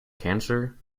cancer